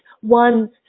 one